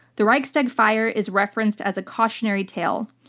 the reichstag fire is referenced as a cautionary tale.